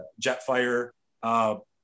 Jetfire